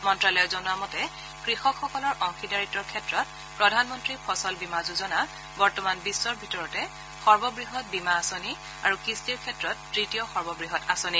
মন্তালয়ে জনোৱা মতে কৃষকসকলৰ অংশীদাৰীত্বৰ ক্ষেত্ৰত প্ৰধানমন্ত্ৰী ফচল বীমা যোজনা বৰ্তমান বিশ্বৰ ভিতৰতে সৰ্ববৃহৎ বীমা আঁচনি আৰু কিস্তিৰ ক্ষেত্ৰত তৃতীয় সৰ্ববৃহৎ আঁচনি